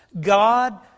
God